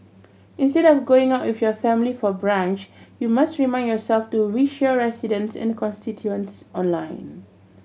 instead of going out with your family for brunch you must remind yourself to wish your residents and constituents online